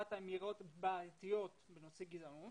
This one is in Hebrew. תופעת האמירות הבעייתיות בנושא גזענות,